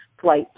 flight